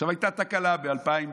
עכשיו, הייתה תקלה ב-2015,